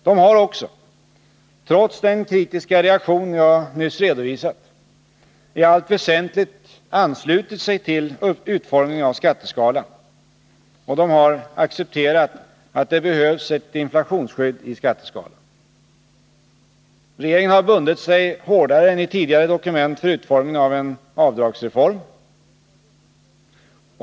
De har också, trots den kritiska reaktion jag nyss redovisat, i allt väsentligt anslutit sig till utformningen av skatteskalan, och de har accepterat att det behövs ett inflationsskydd i skatteskalan. Regeringen har bundit sig hårdare än i tidigare dokument för utformningen av en avdragsreform.